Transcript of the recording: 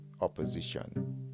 opposition